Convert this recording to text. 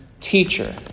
teacher